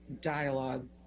dialogue